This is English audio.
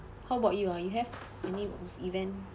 how about you ah you have any event